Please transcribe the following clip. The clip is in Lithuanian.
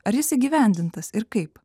ar jis įgyvendintas ir kaip